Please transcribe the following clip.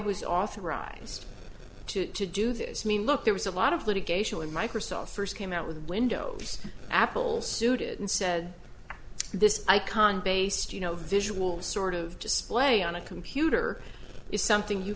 was authorized to do this i mean look there was a lot of litigation when microsoft first came out with windows apple's suited unsaid this icon based you know visual sort of display on a computer is something you